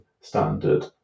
standard